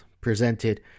presented